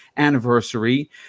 anniversary